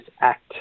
act